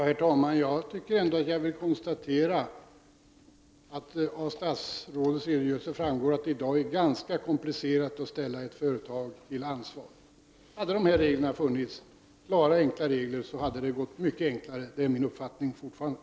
Herr talman! Jag kan ändå konstatera att av statsrådets redogörelse framgår att det i dag är ganska komplicerat att ställa ett företag till ansvar. Hade det funnits klara och enkla regler, hade det varit mycket enklare — det är fortfarande min uppfattning.